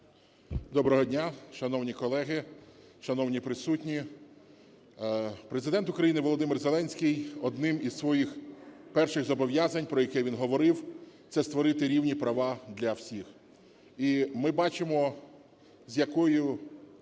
Доброго дня, шановні колеги, шановні присутні, Президент України Володимир Зеленський одним із своїх перших зобов'язань, про яке він говорив, це створити рівні права для всіх. І ми бачимо з якою